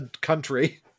country